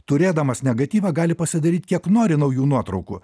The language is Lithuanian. turėdamas negatyvą gali pasidaryt kiek nori naujų nuotraukų